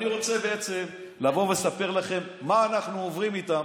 אני רוצה בעצם לבוא ולספר לכם מה אנחנו עוברים איתם,